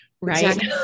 right